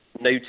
no